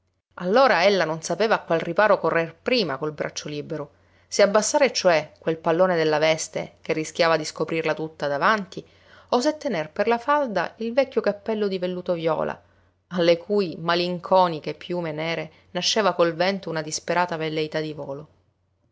pallone allora ella non sapeva a qual riparo correr prima col braccio libero se abbassare cioè quel pallone della veste che rischiava di scoprirla tutta davanti o se tener per la falda il vecchio cappello di velluto viola alle cui malinconiche piume nere nasceva col vento una disperata velleità di volo